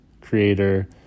creator